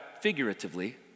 figuratively